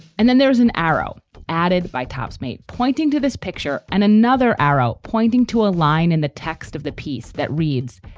and then there's an arrow added by top's mate pointing to this picture and another arrow pointing to a line in the text of the piece that reads.